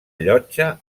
llotja